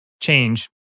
change